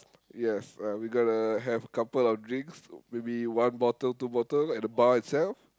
yes uh we gotta have a couple of drinks maybe one bottle two bottle at the bar itself